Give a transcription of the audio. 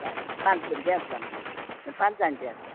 हय पांच भुरगीं आसा आमची आनी पांच जाण्टी आसा